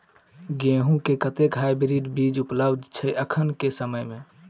गेंहूँ केँ कतेक हाइब्रिड बीज उपलब्ध छै एखन केँ समय मे?